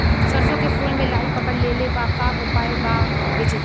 सरसों के फूल मे लाहि पकड़ ले ले बा का उपाय बा बचेके?